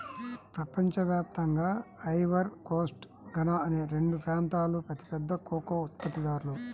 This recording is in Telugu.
ప్రపంచ వ్యాప్తంగా ఐవరీ కోస్ట్, ఘనా అనే రెండు ప్రాంతాలూ అతిపెద్ద కోకో ఉత్పత్తిదారులు